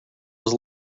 was